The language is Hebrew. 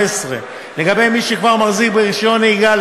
ולגבי מי שכבר מחזיק ברישיון נהיגה,